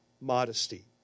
modesty